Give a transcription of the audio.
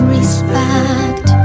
Respect